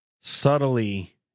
subtly